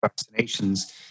vaccinations